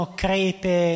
crepe